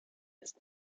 ist